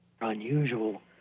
unusual